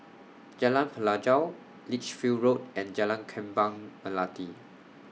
Jalan Pelajau Lichfield Road and Jalan Kembang Melati